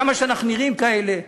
כמה שאנחנו נראים כאלה,